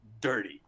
dirty